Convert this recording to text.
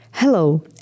Hello